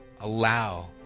allow